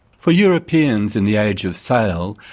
for europeans in the age of sail,